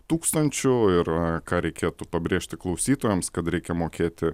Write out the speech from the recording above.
tūkstančių ir ką reikėtų pabrėžti klausytojams kad reikia mokėti